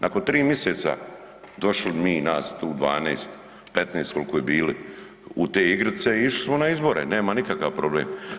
Nakon tri mjeseca došli mi tu nas 12, 15 koliko je bilo u te igrice i išli smo na izbore nema nikakav problem.